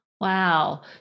Wow